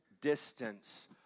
distance